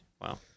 Wow